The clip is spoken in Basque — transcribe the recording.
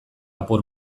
apur